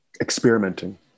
experimenting